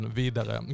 vidare